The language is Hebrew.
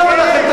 למה לא שיניתם?